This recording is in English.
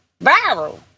viral